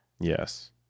yes